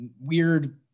weird